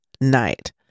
night